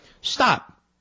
Stop